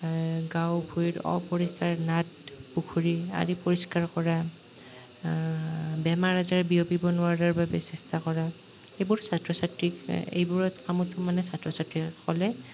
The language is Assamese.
গাঁও ভূঁইত অপৰিষ্কাৰ নাদ পুখুৰী আদি পৰিষ্কাৰ কৰা বেমাৰ আজাৰ বিয়পিব নোৱাৰাৰ বাবে চেষ্টা কৰা এইবোৰ ছাত্ৰ ছাত্ৰীক এইবোৰত কামত মানে ছাত্ৰ ছাত্ৰীসকলে